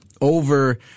over